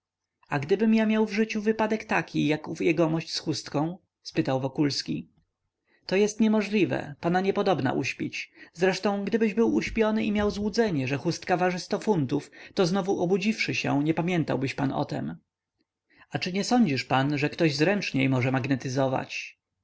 a gdybym ja miał w życiu wypadek taki jak ów jegomość z chustką spytał wokulski to jest niemożliwe pana niepodobna uśpić zresztą gdybyś był uśpiony i miał złudzenie że chustka waży sto funtów to znowu obudziwszy się nie pamiętałbyś pan o tem a czy nie sądzisz pan że ktoś zręczniej może